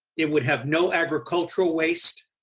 it would have no agricultural waste,